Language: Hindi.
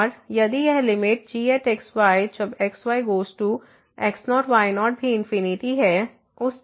और यदि यह लिमिट gx y जब x y goes to x0 y0भी इंफिनिटी है